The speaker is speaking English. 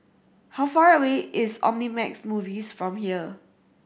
how far away is Omnimax Movies from here